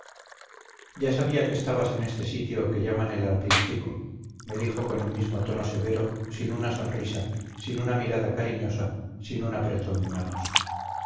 ya sabía que estabas en este sitio que llaman el arapil chico me dijo con el mismo tono severo sin una sonrisa sin una mirada cariñosa sin un apretón de manos